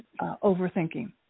overthinking